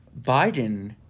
Biden